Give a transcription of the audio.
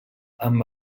amb